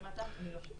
אפשר מילה?